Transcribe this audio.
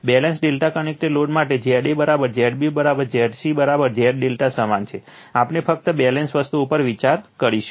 balance ∆ connected load માટે Za Z b Zc Z ∆ સમાન છે આપણે ફક્ત બેલેન્સ વસ્તુ ઉપર વિચાર કરીશું